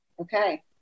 okay